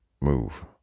move